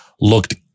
looked